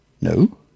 No